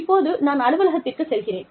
இப்போது நான் அலுவலகத்திற்குச் செல்கிறேன்